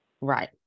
right